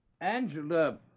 Angela